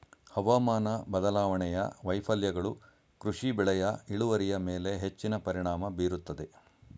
ಹವಾಮಾನ ಬದಲಾವಣೆಯ ವೈಫಲ್ಯಗಳು ಕೃಷಿ ಬೆಳೆಯ ಇಳುವರಿಯ ಮೇಲೆ ಹೆಚ್ಚಿನ ಪರಿಣಾಮ ಬೀರುತ್ತದೆ